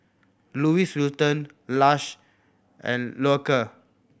Louis Vuitton Lush and Loacker